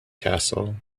castle